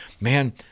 man